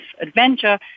adventure